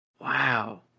Wow